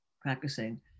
practicing